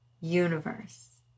universe